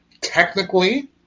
Technically